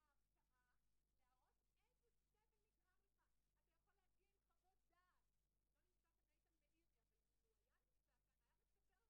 כל אותם מקרים שאני לא רוצה שייכנסו פנימה בדיוק מאותן הסיבות שפירט שי,